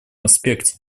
аспекте